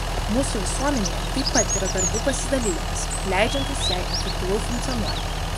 mūsų visuomenėje taip pat yra darbų pasidalijimas leidžiantis jai efektyviau funkcionuoti